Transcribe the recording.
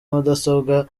mudasobwa